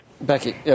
Becky